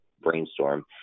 brainstorm